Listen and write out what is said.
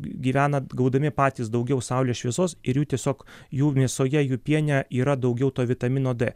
gyvena gaudami patys daugiau saulės šviesos ir jų tiesiog jų mėsoje jų piene yra daugiau to vitamino d